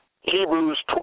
Hebrews